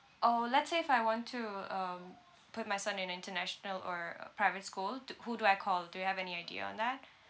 orh let's say if I want to um put my son in a international uh primary school to who do I call do you have any idea on that